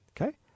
Okay